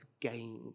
gained